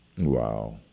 Wow